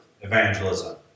evangelism